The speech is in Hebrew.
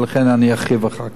ולכן ארחיב אחר כך.